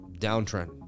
downtrend